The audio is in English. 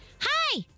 Hi